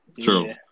True